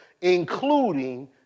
including